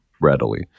readily